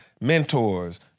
mentors